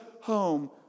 home